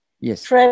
Yes